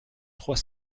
trois